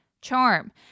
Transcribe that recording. charm